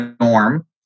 norm